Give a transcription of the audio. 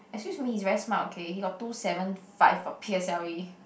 excuse me he's very smart okay he got two seven five for p_s_l_e